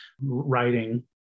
writing